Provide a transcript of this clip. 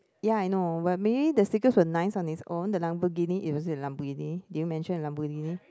ya I know but maybe the speakers were nice on it's own the Lamborghini eh was it a Lamborghini did you mention a Lamborghini